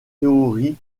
théorie